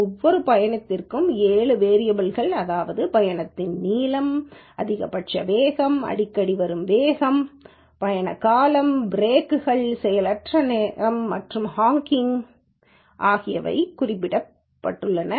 ஒவ்வொரு பயணத்திற்கும் 7 வேரியபல் கள் அதாவது பயணத்தின் நீளம் அதிகபட்ச வேகம் அடிக்கடி வரும் வேகம் பயண காலம் பிரேக்குகள் செயலற்ற நேரம் மற்றும் ஹான்கிங் ஆகியவை குறிக்கப்பட்டுள்ளன